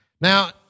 Now